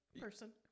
person